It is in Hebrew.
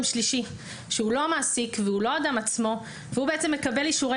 שלישי שהוא לא המעסיק והוא לא האדם עצמו והוא בעצם מקבל אישורי